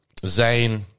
Zayn